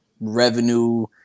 revenue